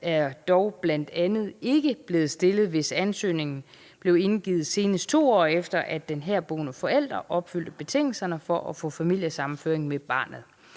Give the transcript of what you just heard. er dog bl.a. ikke blevet stillet, hvis ansøgningen blev indgivet, senest 2 år efter at den herboende forælder opfyldte betingelserne for at få familiesammenføring med barnet.